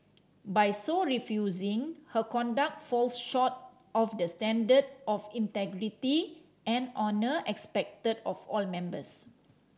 by so refusing her conduct falls short of the standard of integrity and honour expected of all members